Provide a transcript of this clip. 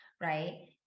right